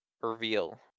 reveal